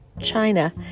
China